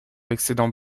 l’excédent